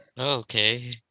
Okay